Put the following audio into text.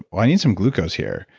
i need some glucose here,